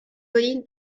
colline